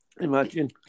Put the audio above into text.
Imagine